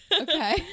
Okay